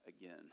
again